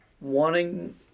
wanting